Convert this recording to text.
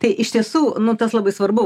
tai iš tiesų nu tas labai svarbu